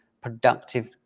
productive